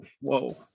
whoa